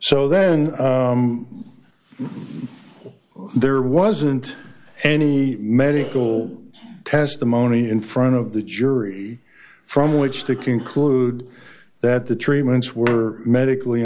so then there wasn't any medical testimony in front of the jury from which to conclude that the treatments were medically